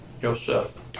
Joseph